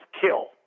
kill